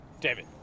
David